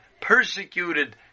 persecuted